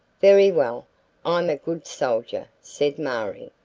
very well i'm a good soldier, said marie,